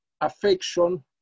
affection